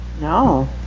No